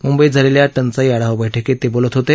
मुंबईत झालेल्या टंचाई आढावा बैठकीत ते बोलत होते